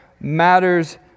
matters